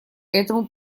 этому